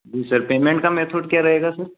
जी sir payment का method क्या रहेगा सर